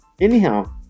anyhow